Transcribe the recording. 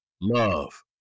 Love